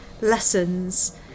lessons